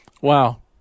Wow